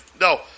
No